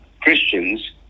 Christians